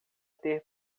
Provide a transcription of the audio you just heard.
ter